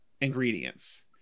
ingredients